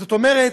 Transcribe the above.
זאת אומרת,